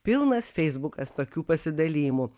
pilnas feisbukas tokių pasidalijimų